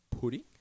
pudding